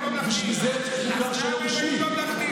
בשביל זה יש מוכר שאינו רשמי.